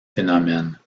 phénomène